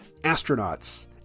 astronauts